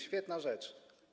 Świetna rzecz.